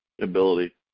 Ability